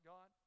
God